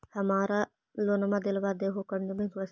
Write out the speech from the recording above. हमरा लोनवा देलवा देहो करने बैंकवा से?